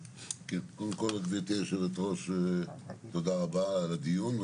קודם כל, גברתי יושבת הראש, תודה רבה על הדיון.